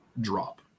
drop